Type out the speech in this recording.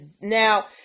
now